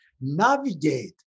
navigate